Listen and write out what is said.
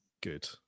Good